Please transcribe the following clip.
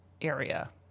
area